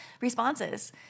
responses